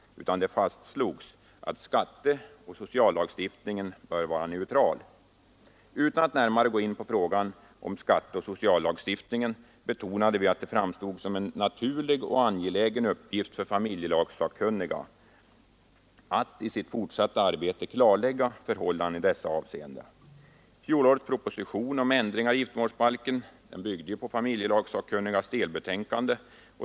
Det fastslogs i motionen att skatteoch sociallagstiftningen bör vara neutral. Utan att närmare gå in på frågan om skatteoch sociallagstiftningen betonade vi, att det framstod som en naturlig och angelägen uppgift för familjelagssakkunniga att i sitt fortsatta arbete klarlägga förhållandena i dessa avseenden. Fjolårets proposition om ändringar i giftermålsbalken byggde ju på familjelagssakkunnigas delbetänkande.